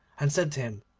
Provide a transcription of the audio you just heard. and said to him,